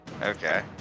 okay